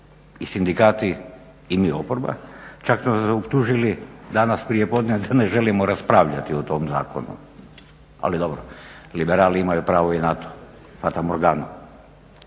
i sindikati i mi oporba, čak su nas optužili danas prije podne da ne želimo raspravljati o tom Zakonu, ali dobro liberali imaju pravo i na to, fatamorganu.